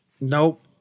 Nope